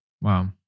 Wow